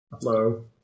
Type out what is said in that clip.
Hello